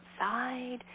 outside